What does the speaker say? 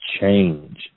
change